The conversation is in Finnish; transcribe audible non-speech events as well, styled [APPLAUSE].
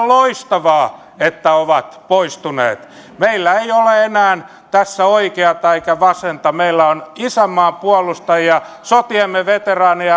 [UNINTELLIGIBLE] loistavaa että ovat poistuneet meillä ei ole enää tässä oikeata eikä vasenta meillä on isänmaan puolustajia sotiemme veteraaneja [UNINTELLIGIBLE]